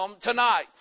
tonight